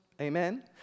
Amen